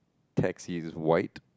taxi is white